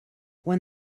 when